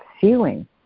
feeling